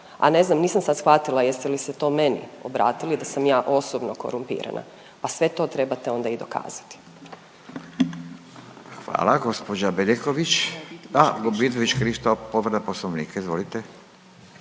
a ne znam nisam sad shvatila jeste li se to meni obratili da sam ja osobno korumpirana, a sve to trebate onda i dokazati. **Radin, Furio (Nezavisni)** Hvala. Gospođa Bedeković, a Vidović Krišto povreda Poslovnika. Izvolite.